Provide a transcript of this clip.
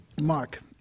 mark